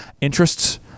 interests